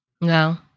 No